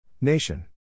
Nation